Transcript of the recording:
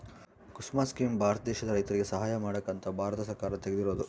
ಕುಸುಮ scheme Bharat ದೇಶದ ರೈತರಿಗೆ ಸಹಾಯ ಮಾಡಕ ಅಂತ ಭಾರತ ಸರ್ಕಾರ ತೆಗ್ದಿರೊದು